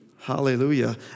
Hallelujah